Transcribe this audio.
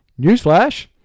newsflash